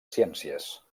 ciències